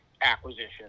acquisition